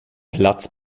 platz